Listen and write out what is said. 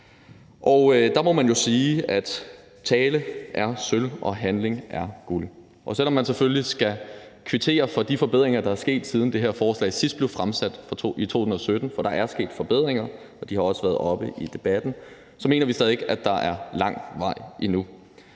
Og der må man jo sige, at tale er sølv, handling er guld. Selv om man selvfølgelig skal kvittere for de forbedringer, der er sket, siden det her forslag sidst blev fremsat i 2017 – for der er sket forbedringer, og de har også været oppe i debatten – så mener vi stadig væk, at der er lang vej endnu.